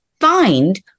find